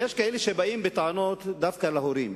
ויש כאלה שבאים בטענות דווקא להורים,